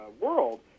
world